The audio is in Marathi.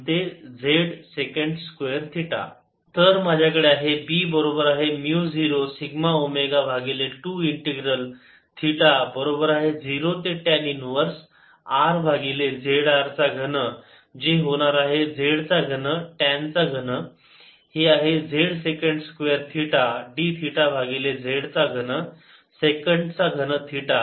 rztanθdrzsec2θdθ B0σω2 0Rz z3θ zθdθ z3 0σωz2 0Rz dθ 0σωz2 0Rz dcosθ 0σωz2 1ZR2z21 x2x2dx xcosθ तर माझ्याकडे आहे B बरोबर म्यु 0 सिग्मा ओमेगा भागिले 2 इंटिग्रल थिटा बरोबर आहे 0 ते टॅन इन्व्हर्स R भागिले z r चा घन जे होणार आहे z चा घन टॅन चा घन हे आहे z secant square theta d theta भागिले z चा घन सेकंट चा घन थिटा